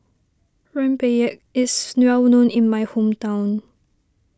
Rempeyek is well known in my hometown